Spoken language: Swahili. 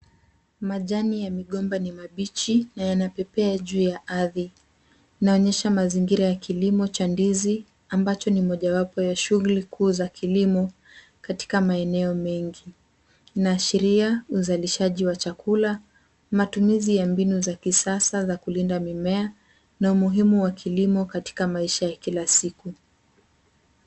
Majani ya migomba ni mabichi na yanapepea juu ya ardhi. Inaonyesha mazingira ya kilimo cha ndizi ambacho ni mojawapo ya shuguli kuu za kilimo katika maeneo mengi. Inaashiria uzalishaji wa chakula, Matumizi ya mbinu za kisasa za kulinda mimea na umuhimu wa kilimo katika maisha ya kila siku.